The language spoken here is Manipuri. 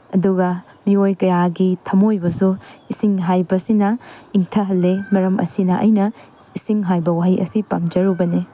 ꯑꯗꯨꯒ ꯃꯤꯑꯣꯏ ꯀꯌꯥꯒꯤ ꯊꯃꯣꯏꯕꯨꯁꯨ ꯏꯁꯤꯡ ꯍꯥꯏꯕ ꯑꯁꯤꯅ ꯏꯪꯊꯍꯜꯂꯤ ꯃꯔꯝ ꯑꯁꯤꯅ ꯑꯩꯅ ꯏꯁꯤꯡ ꯍꯥꯏꯕ ꯋꯥꯍꯩ ꯑꯁꯤ ꯄꯥꯝꯖꯔꯨꯕꯅꯤ